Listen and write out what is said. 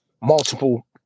multiple